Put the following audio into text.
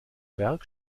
berg